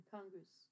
Congress